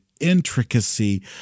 intricacy